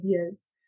ideas